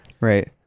right